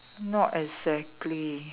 not exactly